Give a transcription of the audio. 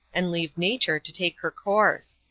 and leave nature to take her course.